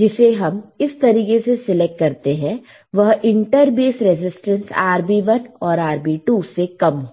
जिसे हम इस तरीके से सिलेक्ट करते हैं वह इंटरबेस रेजिस्टेंस RB1 और RB2 से कम हो